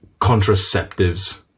contraceptives